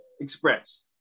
express